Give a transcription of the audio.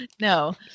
No